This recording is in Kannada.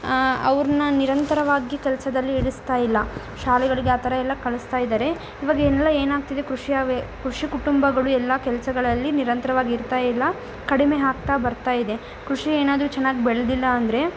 ಅವ್ರನ್ನ ನಿರಂತರವಾಗಿ ಕೆಲಸದಲ್ಲಿ ಇಳಿಸ್ತಾ ಇಲ್ಲ ಶಾಲೆಗಳಿಗೆ ಆ ಥರ ಎಲ್ಲ ಕಳಿಸ್ತಾ ಇದ್ದಾರೆ ಇವಾಗೆಲ್ಲ ಏನಾಗ್ತಿದೆ ಕೃಷಿಯ ವೇ ಕೃಷಿ ಕುಟುಂಬಗಳು ಎಲ್ಲ ಕೆಲಸಗಳಲ್ಲಿ ನಿರಂತರ್ವಾಗಿ ಇರ್ತಾ ಇಲ್ಲ ಕಡಿಮೆ ಆಗ್ತಾ ಬರ್ತಾ ಇದೆ ಕೃಷಿ ಏನಾದ್ರೂ ಚೆನ್ನಾಗಿ ಬೆಳೆದಿಲ್ಲ ಅಂದರೆ